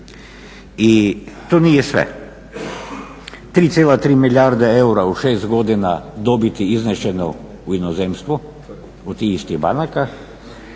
I to nije sve. 3,3 milijarde eura u 6 godina dobiti izneseno je u inozemstvo od tih istih banaka,